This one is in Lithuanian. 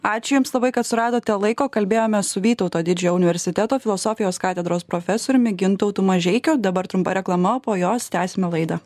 ačiū jums labai kad suradote laiko kalbėjome su vytauto didžiojo universiteto filosofijos katedros profesoriumi gintautu mažeikiu o dabar trumpa reklama o po jos tęsime laidą